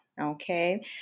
Okay